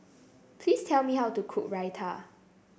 please tell me how to cook Raita